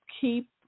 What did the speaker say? keep